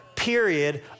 period